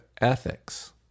ethics